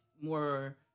more